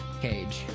cage